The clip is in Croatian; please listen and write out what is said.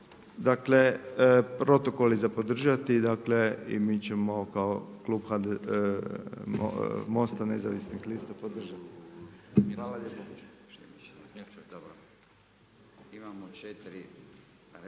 dakle protokol je za podržati dakle i mi ćemo kao klub MOST-a Nezavisnih lista podržati.